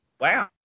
Wow